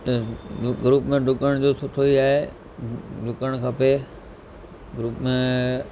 त ग्रुप में डुकण जो सुठो ई आहे डुकणु खपे ग्रुप में